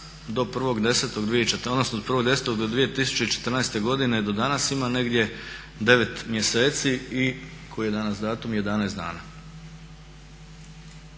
od 1.10.2014.godine do danas ima negdje 9 mjeseci i koji je danas datum 11 dana.